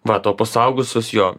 va to pas suaugusius jo